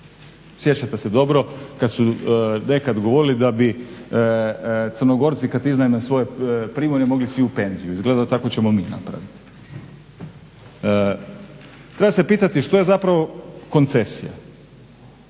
Sjećate se dobro kad su nekad govorili da bi Crnogorci kad iznajme svoje primorje mogli svi u penziju. Izgleda da tako ćemo mi napraviti. Treba se pitati što je zapravo koncesija,